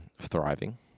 thriving